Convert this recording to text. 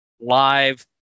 live